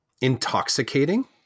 intoxicating